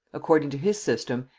according to his system,